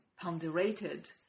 ponderated